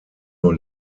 nur